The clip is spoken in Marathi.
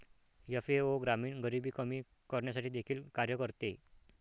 एफ.ए.ओ ग्रामीण गरिबी कमी करण्यासाठी देखील कार्य करते